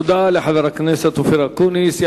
תודה לחבר הכנסת אופיר אקוניס.